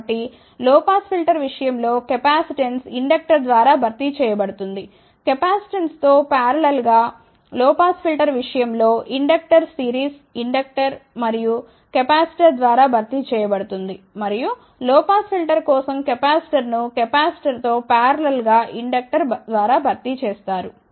కాబట్టి low pass filter విషయం లో కెపాసిటెన్స్ ఇండక్టర్ ద్వారా భర్తీ చేయ బడుతుంది కెపాసిటెన్స్తో పారలల్ గా లో పాస్ ఫిల్టర్ విషయం లో ఇండక్టర్ సిరీస్ ఇండక్టర్ మరియు కెపాసిటర్ ద్వారా భర్తీ చేయ బడుతుంది మరియు లో పాస్ ఫిల్టర్ కోసం కెపాసిటర్ను కెపాసిటర్తో పారలల్ గా ఇండక్టర్ ద్వారా భర్తీ చేస్తారు